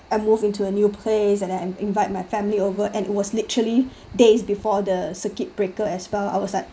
I moved into a new place and then I invite my family over and it was literally days before the circuit breaker as well I was like